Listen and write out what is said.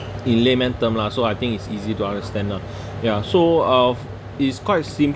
in layman term lah so I think it's easy to understand lah ya so of it's quite